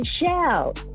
Michelle